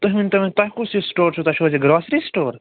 تُہۍ ؤنۍ تو وۄنۍ تۄہہِ کُس ہیٚو سِٹور چھُو تۄہہِ چھُو حظ یہِ گرٛاسری سِٹور